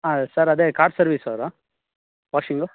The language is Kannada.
ಹಾಂ ಸರ್ ಅದೇ ಕಾರ್ ಸರ್ವಿಸ್ ಅವರಾ ವಾಷಿಂಗು